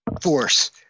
Force